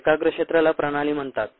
एकाग्र क्षेत्राला प्रणाली म्हणतात